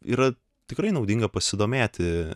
yra tikrai naudinga pasidomėti